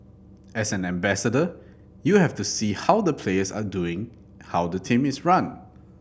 as an ambassador you have to see how the players are doing how the team is run